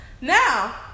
now